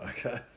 Okay